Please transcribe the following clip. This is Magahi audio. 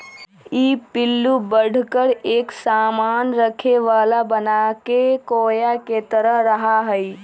ई पिल्लू बढ़कर एक सामान रखे वाला बनाके कोया के तरह रहा हई